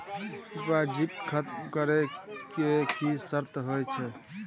Deposit खतम करे के की सर्त होय छै?